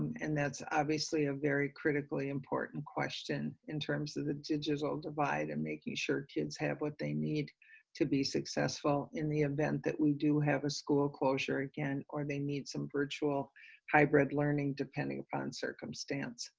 and that's obviously a very critically important question, in terms of the digital divide and making sure kids have what they need to be successful in the event of that we do have a school closure again, or they need some virtual hybrid learning depending upon circumstance.